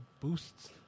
boosts